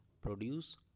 produce